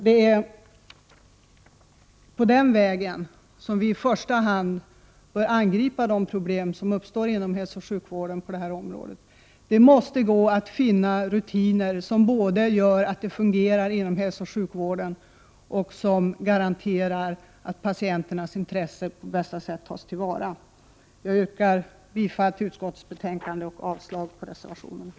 Det är på den vägen som vi i första hand bör angripa de problem som uppstår inom hälsooch sjukvården på detta område. Det måste gå att finna rutiner som både gör att hälsooch sjukvården fungerar och garanterar att patienternas intresse på bästa sätt tas till vara. Jag yrkar bifall till utskottets hemställan och avslag på reservationerna.